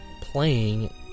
playing